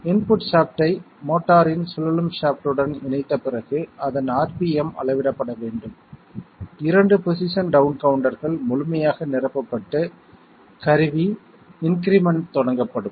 input ஷாஃப்டை மோட்டாரின் சுழலும் ஷாப்ட் உடன் இணைத்த பிறகு அதன் ஆர்பிஎம் அளவிடப்பட வேண்டும் இரண்டு பொசிஷன் டவுன் கவுண்டர்கள் முழுமையாக நிரப்பப்பட்டு கருவி இன்கிரிமெண்ட் தொடங்கப்படும்